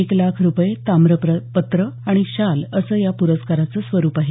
एक लाख रुपये ताम्रपत्र आणि शाल असं या प्रस्काराचं स्वरूप आहे